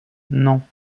non